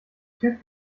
tüv